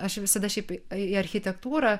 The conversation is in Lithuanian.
aš visada šiaip į architektūrą